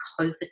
COVID